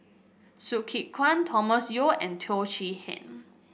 Hsu Tse Kwang Thomas Yeo and Teo Chee Hean